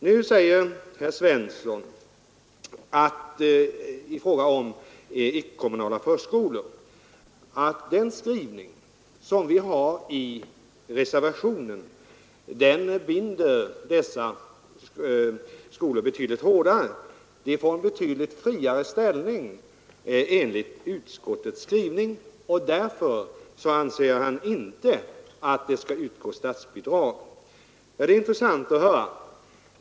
Nu säger herr Svensson i fråga om icke-kommunala förskolor att den skrivning som vi har i reservationen binder dessa skolor betydligt hårdare. De får en friare ställning enligt utskottets skrivning, och därför anser han inte att det skall utgå statsbidrag. Det är intressant att höra.